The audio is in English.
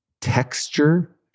texture